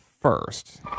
first